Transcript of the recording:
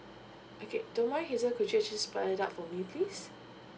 okay do you mind hazel could you actually spell it out for me please